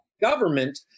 government